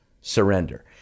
surrender